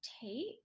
take